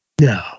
No